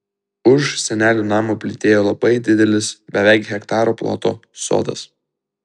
už senelių namo plytėjo labai didelis beveik hektaro ploto sodas